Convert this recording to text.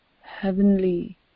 heavenly